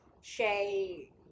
Shay